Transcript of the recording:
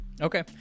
Okay